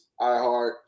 iHeart